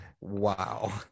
Wow